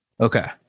Okay